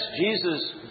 Jesus